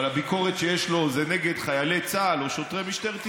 אבל הביקורת שיש לו היא נגד חיילי צה"ל או שוטרי משטרת ישראל,